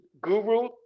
guru